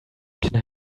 can